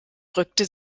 drückte